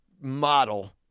model